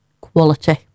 Quality